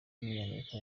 w’umunyamerika